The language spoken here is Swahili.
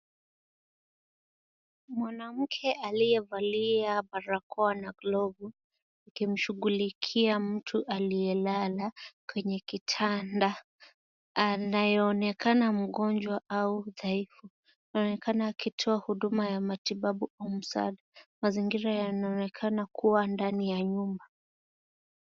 Mwanamke aliyevalia barakoa na glovu akimshughulikia mtu aliyelala kwenye kitanda anayeonekana mgonjwa au dhaifu. Anaonekana akitoa huduma ya matibabu. Mazingira yanaonekana kuwa ndani ya nyumba.